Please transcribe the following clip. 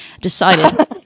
decided